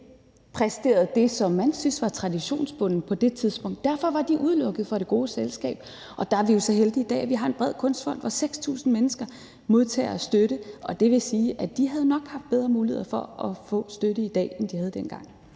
ikke præsterede det, som man syntes var traditionsbundet på det tidspunkt. Derfor var de udelukket fra det gode selskab. Der er vi jo så heldige i dag, at vi har en bred Kunstfond, hvor 6.000 mennesker modtager støtte. Det vil sige, at de nok havde haft bedre muligheder for at få støtte i dag, end de havde dengang.